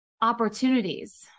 opportunities